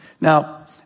Now